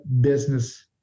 Business